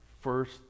first